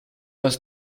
hast